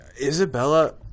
Isabella